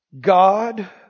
God